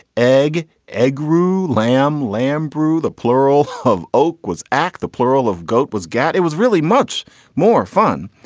egg, egg, roo lamb, lambrew. the plural of oak was asked. the plural of goat was gat. it was really much more fun.